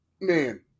Man